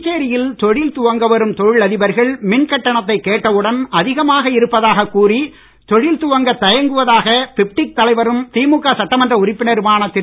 புதுச்சேரியில் தொழில் துவங்க வரும் தொழிலதிபர்கள் மின் கட்டணத்தை கேட்டவுடன் அதிகமாக இருப்பதாக கூறி தொழில் துவங்க தயங்குவதாக பிப்டிக் தலைவரும் திமுக சட்டமன்ற உறுப்பினருமான திரு